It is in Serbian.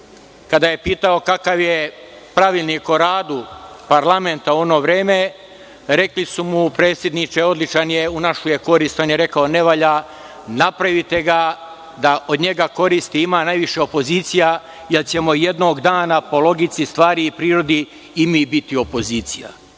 kada je pitao kakav je Pravilnik o radu parlamenta u ono vreme, rekli su mu – predsedniče, odličan je, u našu je korist. On je rekao – ne valja, napravite ga da od njega koristi ima najviše opozicija, jer ćemo jednog dana po logici stvari i prirodi i mi biti opozicija.